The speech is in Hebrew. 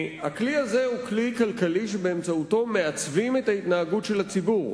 הכלי הזה הוא כלי כלכלי שבאמצעותו מעצבים את ההתנהגות של הציבור,